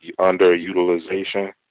underutilization